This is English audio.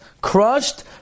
crushed